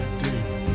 day